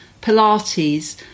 Pilates